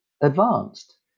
advanced